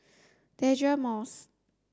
Deirdre Moss